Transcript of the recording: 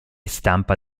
stampa